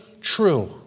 true